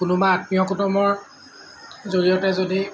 কোনোবা আত্মীয় কুটুমৰ জৰিয়তে যদি